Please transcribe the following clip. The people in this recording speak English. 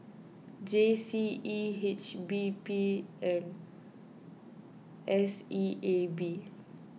G C E H P B and S E A B